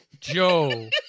Joe